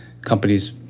companies